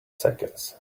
seconds